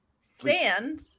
Sand